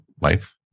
life